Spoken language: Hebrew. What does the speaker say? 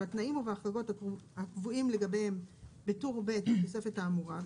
בתנאים ובהחרגות הקבועים לגביהם בטור ב' בתוספת האמורה,